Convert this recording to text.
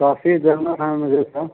है मुझे सर